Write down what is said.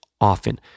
often